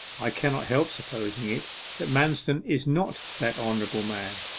i cannot help supposing it that manston is not that honourable man,